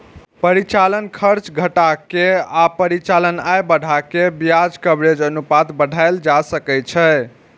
परिचालन खर्च घटा के आ परिचालन आय बढ़ा कें ब्याज कवरेज अनुपात बढ़ाएल जा सकै छै